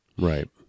Right